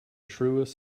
truest